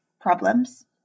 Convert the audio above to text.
problems